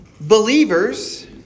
believers